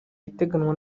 biteganywa